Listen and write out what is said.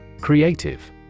Creative